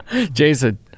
Jason